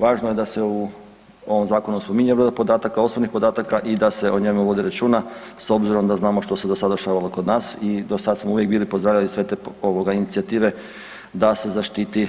Važno je da se u ovom zakonu spominje broj podataka, osobnih podataka i da se o njemu vodi računa s obzirom da znamo što se do sada dešavalo kod nas i do sad smo uvijek bili po zaradi svete inicijative da se zaštiti